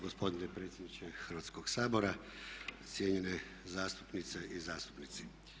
gospodine predsjedniče Hrvatskoga sabora, cijenjene zastupnice i zastupnici.